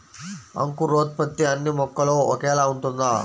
అంకురోత్పత్తి అన్నీ మొక్కలో ఒకేలా ఉంటుందా?